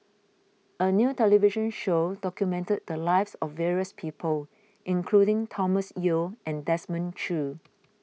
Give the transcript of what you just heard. a new television show documented the lives of various people including Thomas Yeo and Desmond Choo